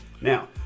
Now